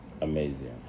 Amazing